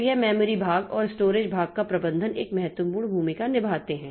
तो यह मेमोरी भाग और स्टोरेज भाग का प्रबंधन एक महत्वपूर्ण भूमिका निभाते हैं